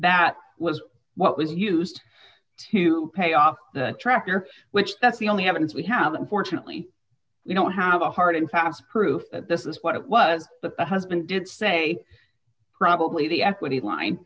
that was what was used to pay off the tractor which that's the only evidence we have unfortunately we don't have a hard and fast proof that this is what it was the husband did say probably the equity line